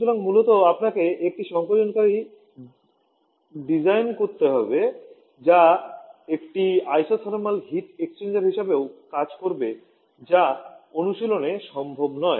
সুতরাং মূলত আপনাকে একটি সংকোচনকারী ডিজাইন করতে হবে যা একটি আইসোথার্মাল হিট এক্সচেঞ্জার হিসাবেও কাজ করবে যা অনুশীলনে সম্ভব নয়